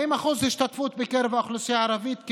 40% השתתפות בקרב האוכלוסייה הערבית,